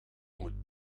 moet